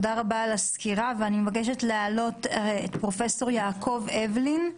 אני מבקשת להעלות את פרופ' יעקב אבלין,